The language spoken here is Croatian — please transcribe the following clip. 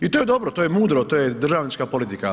I to je dobro, to je mudro, to je državnička politika.